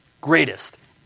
Greatest